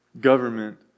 Government